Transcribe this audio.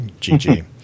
GG